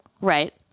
Right